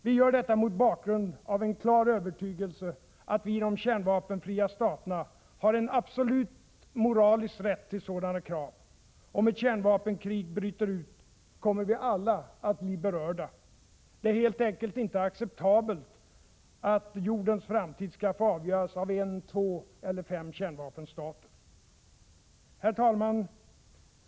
Vi gör detta mot bakgrund av en klar övertygelse att vi i de kärnvapenfria staterna har en absolut moralisk rätt att ställa sådana krav. Om ett kärnvapenkrig bryter ut kommer vi alla att bli berörda. Det är helt enkelt inte acceptabelt att jordens framtid skall få avgöras av en, två eller fem kärnvapenstater. Herr talman!